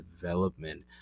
development